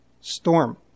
storm